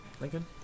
Lincoln